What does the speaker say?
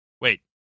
wait